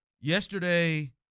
yesterday